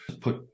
put